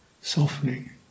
softening